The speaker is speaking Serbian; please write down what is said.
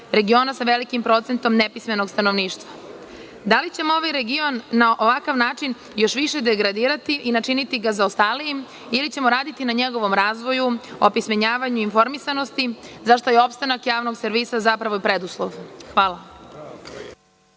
regiona sa velikim procentom nepismenog stanovništva? Da li ćemo ovaj region na ovakav način još više degradirati i načiniti ga zaostalijim ili ćemo radi na njegovom razvoju, opismenjavanju, informisanosti zašta je opstanak javnog servisa zapravo preduslov? Hvala.